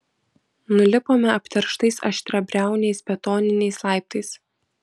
nulipome apterštais aštriabriauniais betoniniais laiptais